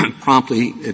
promptly